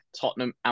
Tottenham